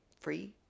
free